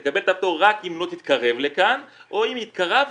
תקבל את הפטור רק אם לא תתקרב לכאן" או "אם התקרבת,